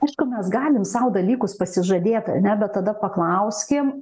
aišku mes galim sau dalykus pasižadėt ar ne bet tada paklauskim